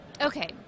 Okay